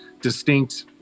distinct